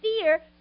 fear